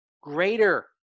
greater